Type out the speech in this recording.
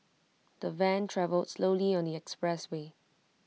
the van travelled slowly on the expressway